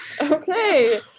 Okay